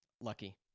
Lucky